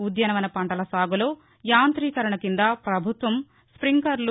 ఉద్యాన వన పంటల సాగులో యాంతీకరణ కింద పభుత్వం స్పింక్లర్లు